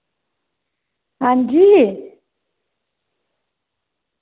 हां जी